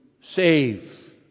save